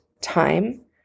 time